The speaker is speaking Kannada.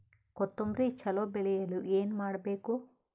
ಕೊತೊಂಬ್ರಿ ಚಲೋ ಬೆಳೆಯಲು ಏನ್ ಮಾಡ್ಬೇಕು?